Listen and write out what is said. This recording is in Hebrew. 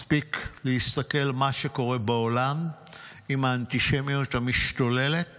מספיק להסתכל מה שקורה בעולם עם האנטישמיות המשתוללת